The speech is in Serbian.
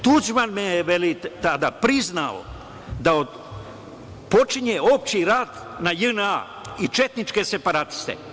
Tuđman mi je tada priznao da počinje opšti rat na JNA i četničke separatiste.